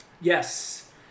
Yes